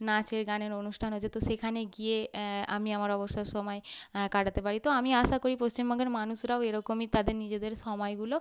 নাচের গানের অনুষ্ঠান হচ্ছে তো সেখানে গিয়ে আমি আমার অবসর সময় কাটাতে পারি তো আমি আশা করি পশ্চিমবঙ্গের মানুষেরাও এরকমই তাদের নিজেদের সময়গুলো